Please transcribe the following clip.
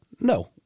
No